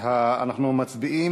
אנחנו מצביעים.